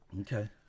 okay